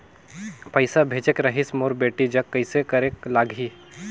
पइसा भेजेक रहिस मोर बेटी जग कइसे करेके लगही?